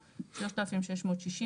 3,660,